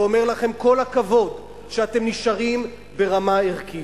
ואומר לכם: כל הכבוד שאתם נשארים ברמה ערכית.